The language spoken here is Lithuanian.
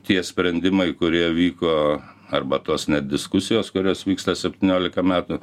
tie sprendimai kurie vyko arba tos net diskusijos kurios vyksta septyniolika metų